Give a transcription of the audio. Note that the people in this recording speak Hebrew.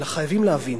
אלא שחייבים להבין: